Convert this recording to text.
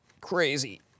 crazy